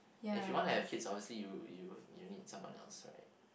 if you wanna have kids obviously you you you need someone else right